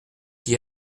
qui